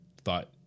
thought